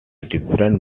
different